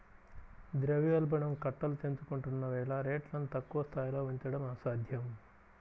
ద్రవ్యోల్బణం కట్టలు తెంచుకుంటున్న వేళ రేట్లను తక్కువ స్థాయిలో ఉంచడం అసాధ్యం